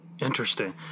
Interesting